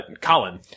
Colin